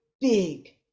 big